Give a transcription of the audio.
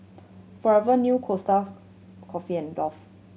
Forever New Costa Coffee and Dove